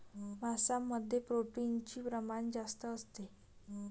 मांसामध्ये प्रोटीनचे प्रमाण जास्त असते